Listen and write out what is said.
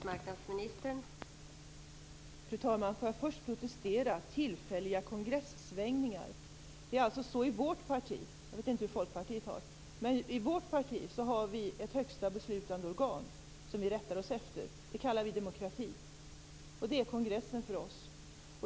Fru talman! Får jag först protestera mot tillfälliga kongressvängningar. I vårt parti - jag vet inte hur Folkpartiet har det - har vi ett högsta beslutande organ som vi rättar oss efter. Det kallar vi demokrati. Det är kongressen för oss.